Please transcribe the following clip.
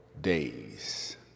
days